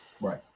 Right